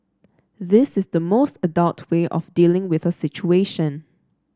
this is the most adult way of dealing with a situation